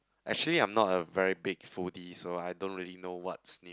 actually I am not a very big foodie so I don't really know what's new